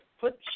put